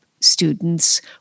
students